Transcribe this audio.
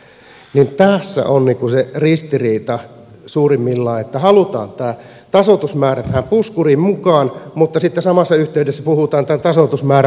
tässä on se ristiriita suurimmillaan että halutaan tämä tasoitusmäärä tähän puskuriin mukaan mutta sitten samassa yhteydessä puhutaan tämän tasoitusmäärän palauttamisesta